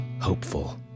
hopeful